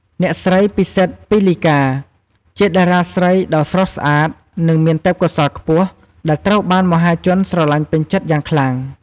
អ្នកស្រី ពិសិដ្ឋ ពីលីកា ជាតារាស្រីដ៏ស្រស់ស្អាត និងមានទេពកោសល្យខ្ពស់ ដែលត្រូវបានមហាជនស្រលាញ់ពេញចិត្តយ៉ាងខ្លាំង។